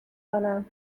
کنم